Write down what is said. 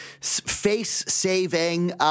face-saving